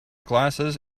glasses